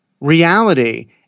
reality